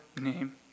name